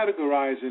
categorizing